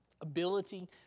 ability